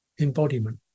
embodiment